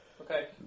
Okay